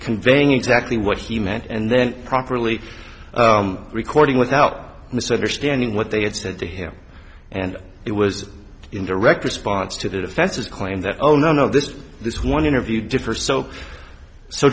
conveying exactly what he meant and then properly recording without misunderstanding what they had said to him and it was in direct response to the defense's claim that oh no no this this one interview differ so so